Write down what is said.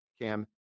Cam